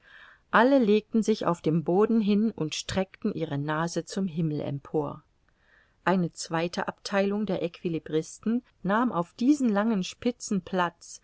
alle legten sich auf dem boden hin und streckten ihre nase zum himmel empor eine zweite abtheilung der equilibristen nahm auf diesen langen spitzen platz